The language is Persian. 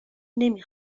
نمی